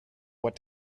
what